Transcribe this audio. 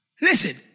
Listen